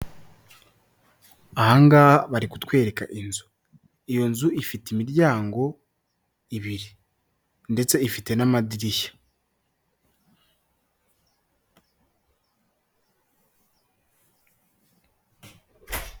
Ahangaha bari kutwereka inzu, iyo nzu ifite imiryango ibiri ndetse ifite n'amadirishya.